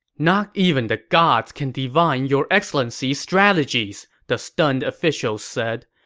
not even the gods can divine your excellency's strategies, the stunned officials said.